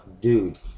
dude